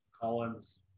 Collins